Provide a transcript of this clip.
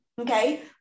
okay